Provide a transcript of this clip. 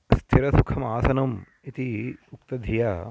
स्थिरसुखमासनम् इति उक्तधिया